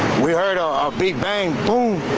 we heard a big bang home.